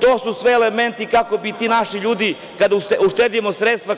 To su sve elementi kako bi ti naši ljudi, kada uštedimo sredstva,